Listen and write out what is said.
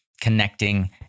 connecting